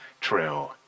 true